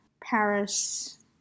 Paris